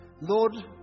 Lord